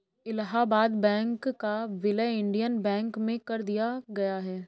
Allahabad bank का विलय Indian bank में कर दिया गया है